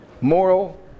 Moral